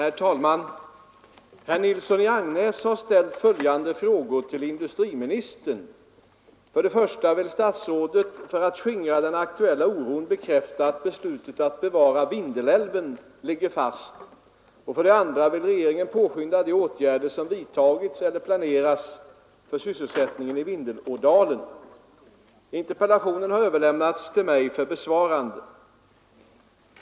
Herr talman! Herr Nilsson i Agnäs har ställt följande frågor till industriministern. 1. Vill statsrådet för att skingra den aktuella oron bekräfta att beslutet att bevara Vindelälven ligger fast? 2. Vill regeringen påskynda de åtgärder som vidtagits eller planeras för sysselsättningen i Vindelådalen? Interpellationen har överlämnats till mig för besvarande.